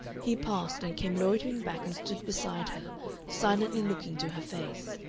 he passed, and came loitering back and stood beside her, silently looking into her face.